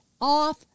off